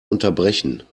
unterbrechen